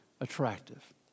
attractive